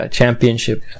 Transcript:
championship